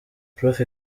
prof